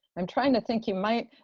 i'm trying to think, you might